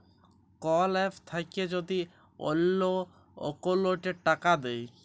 call app থাক্যে যদি অল্লো অকৌলটে টাকা দেয়